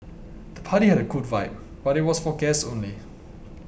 the party had a cool vibe but it was for guests only